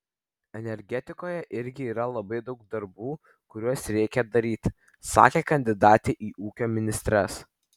energetikoje irgi yra labai daug darbų kuriuos reikia daryti sakė kandidatė į ūkio ministres